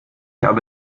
habe